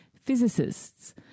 Physicists